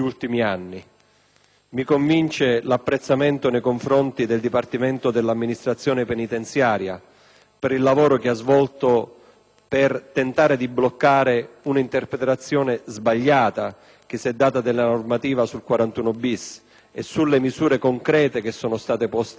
mi convince anche l'apprezzamento nei confronti del Dipartimento dell'amministrazione penitenziaria per il lavoro svolto nel tentativo di bloccare un'interpretazione sbagliata che si è data della normativa riferita al 41-*bis* e per le misure concrete che sono state poste in essere.